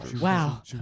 Wow